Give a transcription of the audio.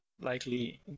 likely